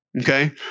Okay